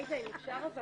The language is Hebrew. אז אנחנו פה,